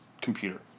computer